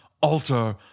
alter